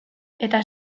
eta